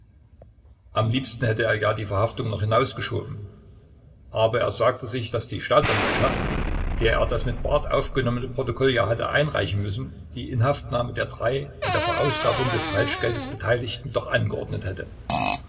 am liebsten hätte er ja die verhaftung noch hinausgeschoben aber er sagte sich daß die staatsanwaltschaft der er das mit barth aufgenommene protokoll ja hatte einreichen müssen die inhaftnahme der drei an der verausgabung des falschgeldes beteiligten doch angeordnet hätte